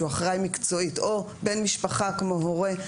אחראי מקצועי או בן משפחה כמו הורה.